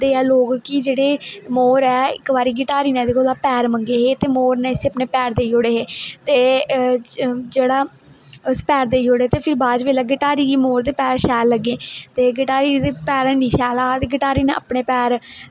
लोक कि जेहडे़ मोर ऐ इक बारी गटारी ने एहदे कोला पैर मंगे हे ते मोर ने इसी अपने पैर देई ओड़े हे ते जेहड़ा उसी पैर देई ओड़े ते फिर बाद बेल्लै गटारी गी मोर दे पैर शैल लग्गे ते गटारी दे पैर है नी हे शैल गटारी ने अपने पैर